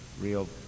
real